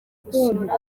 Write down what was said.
gusura